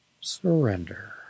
Surrender